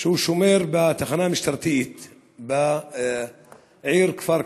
שהוא שומר בתחנה המשטרתית בעיר כפר קאסם,